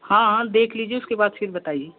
हाँ हाँ देख लीजिए उसके बाद फिर बताइए